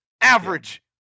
average